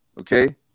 Okay